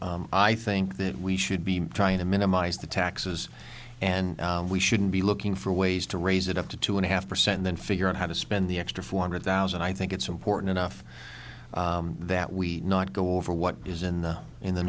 perspective i think that we should be trying to minimize the taxes and we shouldn't be looking for ways to raise it up to two and a half percent then figure out how to spend the extra four hundred thousand i think it's important enough that we not go over what is in the in the